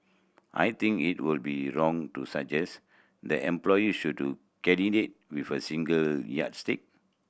I think it would be wrong to suggest that employee should to candidate with a single yardstick